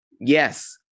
Yes